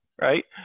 right